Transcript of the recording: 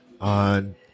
on